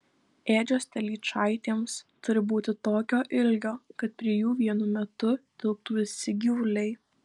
ėdžios telyčaitėms turi būti tokio ilgio kad prie jų vienu metu tilptų visi gyvuliai